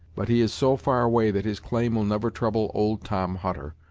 but he is so far away that his claim will never trouble old tom hutter,